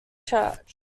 church